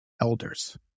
elders